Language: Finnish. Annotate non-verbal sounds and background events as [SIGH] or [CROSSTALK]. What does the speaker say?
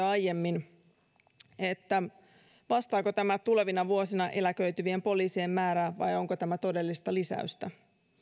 [UNINTELLIGIBLE] aiemmin [UNINTELLIGIBLE] [UNINTELLIGIBLE] vastaako tämä tulevina vuosina eläköityvien poliisien määrää vai onko tämä todellista lisäystä